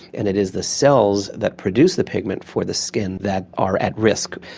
and it is the cells that produce the pigment for the skin that are at risk.